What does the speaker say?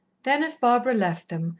then, as barbara left them,